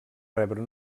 rebre